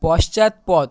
পশ্চাৎপদ